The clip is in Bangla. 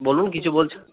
বলুন কিছু বলছেন